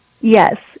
Yes